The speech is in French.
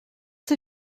ses